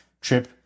Trip